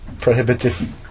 prohibitive